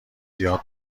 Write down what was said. یاد